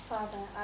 Father